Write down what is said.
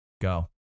go